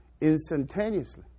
instantaneously